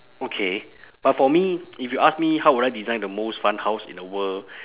okay but for me if you ask me how would I design the most fun house in the world